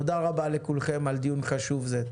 תודה רבה לכולכם על דיון חשוב זה.